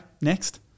next